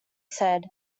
said